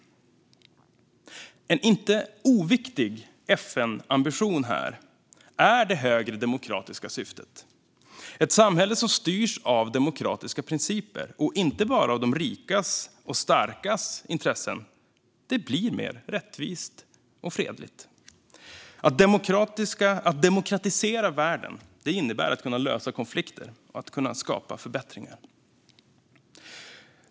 En inte oviktig FN-ambition här är det högre demokratiska syftet. Ett samhälle som styrs av demokratiska principer och inte bara av de rikas och starkas intressen blir mer rättvist och fredligt. Att demokratisera världen innebär att kunna lösa konflikter och skapa förbättringar.